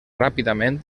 ràpidament